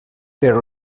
però